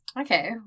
Okay